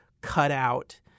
cutout